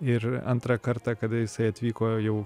ir antrą kartą kada jisai atvyko jau